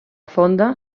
fonda